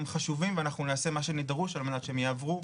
הם חשובים ואנחנו נעשה מה שדרוש על מנת שהם יעברו